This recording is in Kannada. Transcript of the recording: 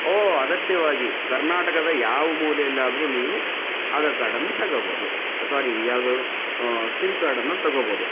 ಓ ಅಗತ್ಯವಾಗಿ ಕರ್ನಾಟಕದ ಯಾವ ಮೂಲೆಯಲ್ಲಾದ್ರೂ ನೀವು ಆಧಾರ್ ಕಾರ್ಡನ್ನು ತಗೋಬೋದು ಸ್ವಾರಿ ಯಾವುದು ಸಿಮ್ ಕಾರ್ಡನ್ನು ತಗೋಬೋದು